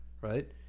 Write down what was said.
right